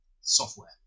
software